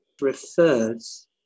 refers